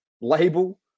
label